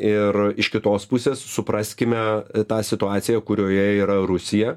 ir iš kitos pusės supraskime tą situaciją kurioje yra rusija